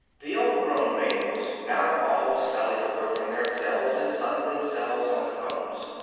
the overgrown males now all sally forth from their cells, and sun themselves on the combs.